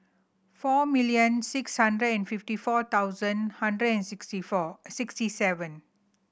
four million six hundred and fifty four thousand hundred and sixty four sixty seven